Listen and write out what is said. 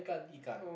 ikan